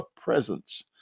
presence